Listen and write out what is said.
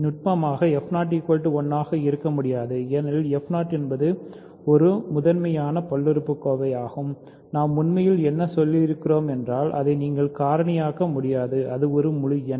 நுட்பமாக 1 ஆக இருக்க முடியாது ஏனெனில் f0 என்பது ஒரு முதன்மையான பல்லுறுப்புக்கோவையாகும் நாம் உண்மையில் என்ன சொல்கிறோம் என்றால் அதை நீங்கள் காரணியாக்க முடியாது அது ஒரு முழு எண்